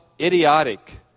idiotic